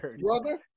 brother